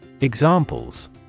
Examples